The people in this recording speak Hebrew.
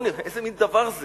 איזה מין דבר זה